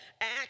act